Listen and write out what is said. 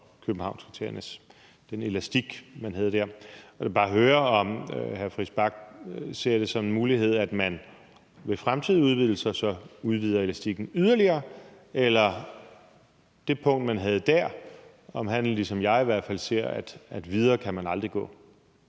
Københavnskriterierne. Der vil jeg bare høre, om hr. Christian Friis Bach ser det som en mulighed, at man ved fremtidige udvidelser så udvider elastikken yderligere, eller om han i forhold til det punkt ligesom jeg i hvert fald ser, at videre kan man aldrig gå.